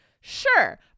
Sure